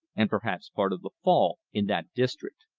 and perhaps part of the fall, in that district.